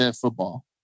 Football